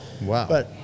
Wow